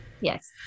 Yes